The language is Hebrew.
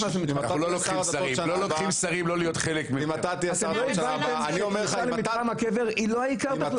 לך --- הכניסה למתחם הקבר היא לא העיקר.